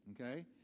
Okay